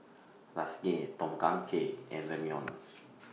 Lasagne Tom Kha Gai and Ramyeon